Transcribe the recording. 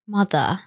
Mother